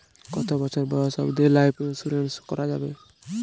কতো বছর বয়স অব্দি লাইফ ইন্সুরেন্স করানো যাবে?